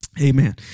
Amen